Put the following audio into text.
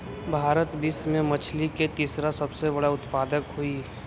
भारत विश्व में मछली के तीसरा सबसे बड़ा उत्पादक हई